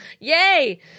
Yay